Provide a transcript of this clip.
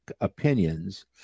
opinions